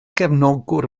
gefnogwr